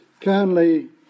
kindly